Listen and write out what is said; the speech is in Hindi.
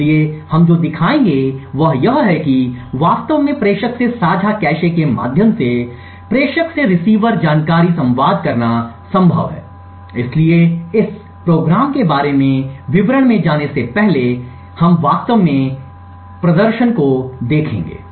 इसलिए हम जो दिखाएंगे वह यह है कि वास्तव में प्रेषक से साझा कैश के माध्यम से प्रेषक से रिसीवर जानकारी संवाद करना संभव है इसलिए इस कार्यक्रम के बारे में विवरण में जाने से पहले कि हम वास्तव में पहले प्रदर्शन को देखेंगे